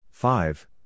Five